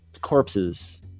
corpses